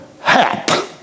hap